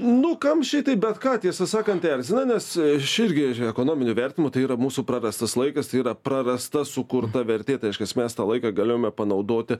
nu kam šitai bet ką tiesą sakant tai erzina nes aš irgi ir ekonominiu vertinimu tai yra mūsų prarastas laikas tai yra prarasta sukurta vertė tai reiškias mes tą laiką galėjome panaudoti